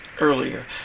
earlier